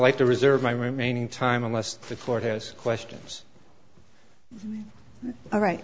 like to reserve my remaining time unless the court has questions all right